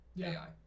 AI